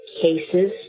cases